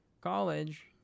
college